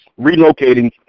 relocating